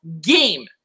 game